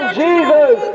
jesus